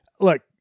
Look